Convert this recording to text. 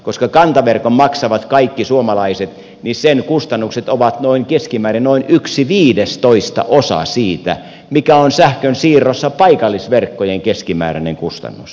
koska kantaverkon maksavat kaikki suomalaiset niin sen kustannukset ovat keskimäärin noin yksi viidestoistaosa siitä mikä on sähkönsiirrossa paikallisverkkojen keskimääräinen kustannus